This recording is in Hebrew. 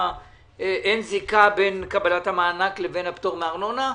שאין זיקה בין קבלת המענק לבין הפטור מארנונה?